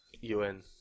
UN